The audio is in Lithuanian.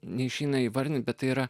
neišeina įvardinti bet yra